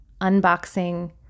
unboxing